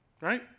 Right